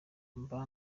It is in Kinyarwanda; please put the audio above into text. mba